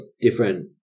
different